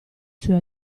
suoi